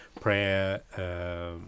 prayer